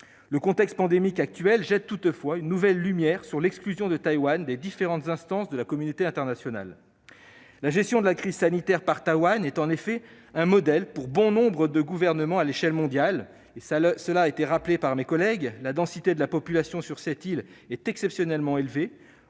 Le contexte pandémique actuel jette toutefois une nouvelle lumière sur l'exclusion de Taïwan des différentes instances de la communauté internationale. La gestion de la crise sanitaire par Taïwan est en effet un modèle pour bon nombre de gouvernements à l'échelon mondial. La densité de la population y est exceptionnellement élevée.